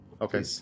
okay